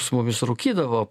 su mumis rūkydavo